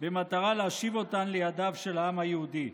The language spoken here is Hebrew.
במטרה להשיב אותן לידיו של העם היהודי.